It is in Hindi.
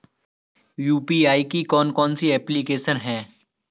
यू.पी.आई की कौन कौन सी एप्लिकेशन हैं?